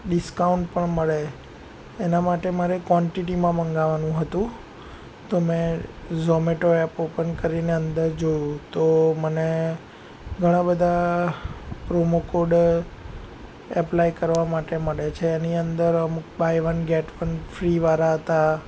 discount પણ મળે એના માટે મારે ક્વૉન્ટિટીમાં મંગાવવાનું હતું તો મેં ઝોમેટો એપ ઓપન કરીને અંદર જોયું તો મને ઘણા બધા પ્રોમોકોડ એપ્લાય કરવા માટે મળે છે એની અંદર અમુક buy one get one free વાળા હતા